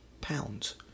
pounds